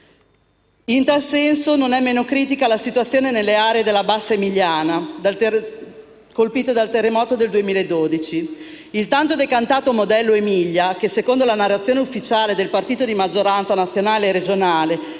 In tal senso, non è meno critica la situazione nelle aree della Bassa emiliana colpite dal terremoto del 2012. Il tanto decantato modello Emilia, che, secondo la narrazione ufficiale del partito di maggioranza nazionale e regionale,